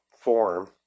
form